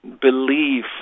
believe